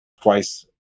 twice